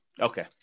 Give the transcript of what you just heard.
Okay